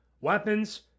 weapons